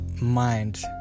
mind